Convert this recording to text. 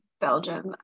Belgium